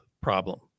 problem